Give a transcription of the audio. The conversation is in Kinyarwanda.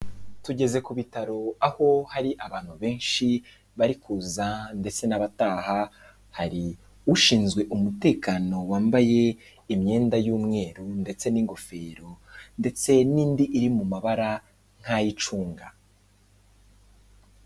Tugeze ku bitaro aho hari abantu benshi bari kuza ndetse n'abataha, hari ushinzwe umutekano wambaye imyenda y'umweru ndetse n'ingofero ndetse n'indi iri mu mabara nk'ay'icunga.